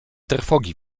trwogi